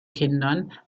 kindern